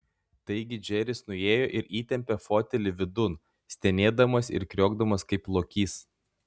taigi džeris nuėjo ir įtempė fotelį vidun stenėdamas ir kriokdamas kaip lokys